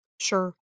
Sure